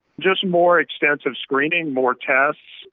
just more extensive screening, more tests.